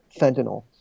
fentanyl